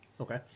Okay